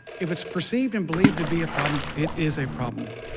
if it is perceived and believed to be a problem, it is a problem.